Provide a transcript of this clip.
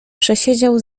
przesiedział